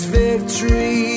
victory